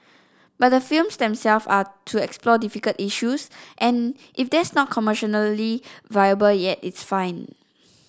but the films themselves are to explore difficult issues and if that's not commercially viable yet it's fine